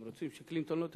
הם רוצים שקלינטון לא תדבר.